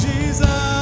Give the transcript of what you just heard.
Jesus